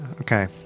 okay